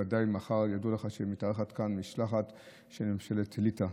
ודאי ידוע לך שמתארחת כאן משלחת של ממשלת ליטא.